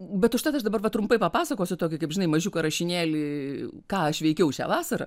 bet užtat aš dabar va trumpai papasakosiu tokį kaip žinai mažiuką rašinėlį ką aš veikiau šią vasarą